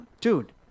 dude